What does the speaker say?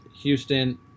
Houston